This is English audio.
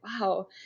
wow